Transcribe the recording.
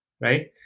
right